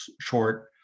short